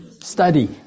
Study